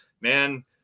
man